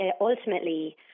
ultimately